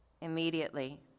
Immediately